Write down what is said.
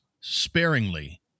sparingly